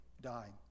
dying